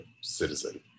citizen